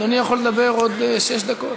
אדוני יכול לדבר עוד שש דקות.